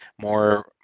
more